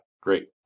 Great